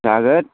जागोन